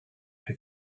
who